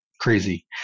crazy